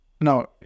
no